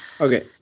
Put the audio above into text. Okay